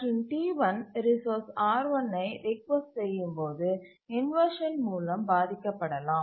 மற்றும் T1 resource R1ஐ request செய்யும்போது இன்வர்ஷன் மூலம் பாதிக்கப்படலாம்